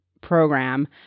program